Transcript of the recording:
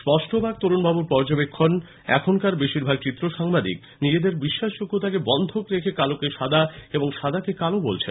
স্পষ্টবাক তরুণবাবুর পর্যবেক্ষণ এখনকার বেশিরভাগ চিত্রসাংবাদিক নিজেদের বিশ্বাসযোগ্যতাকে বন্ধক রেখে কালোকে সাদা এবং সাদাকে কালো বলছেন